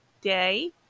day